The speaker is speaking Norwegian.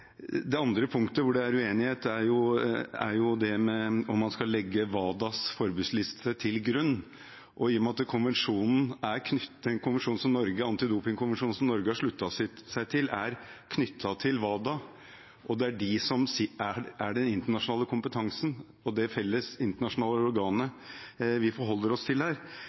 Det andre punktet hvor det er uenighet, er om en skal legge WADAs forbudsliste til grunn. I og med at den antidopingkonvensjonen Norge har sluttet seg til, er knyttet til WADA, og det er de som har den internasjonale kompetansen og er det felles internasjonale organet vi forholder oss til,